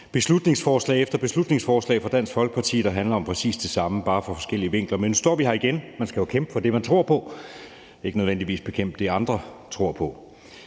beslutningsforslag efter beslutningsforslag fra Dansk Folkeparti, der handler om præcis det samme, bare fra forskellige vinkler. Nu står vi her igen, man skal jo kæmpe for det, man tror på, ikke nødvendigvis bekæmpe det, andre tror på.